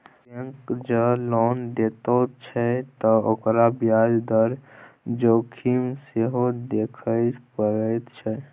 bank जँ loan दैत छै त ओकरा ब्याज दर जोखिम सेहो देखय पड़ैत छै